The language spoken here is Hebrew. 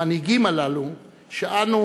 המנהיגים הללו, שאנו